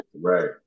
right